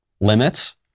limits